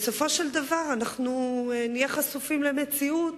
בסופו של דבר, אנחנו נהיה חשופים למציאות